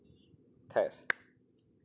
test